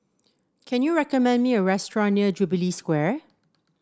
can you recommend me a restaurant near Jubilee Square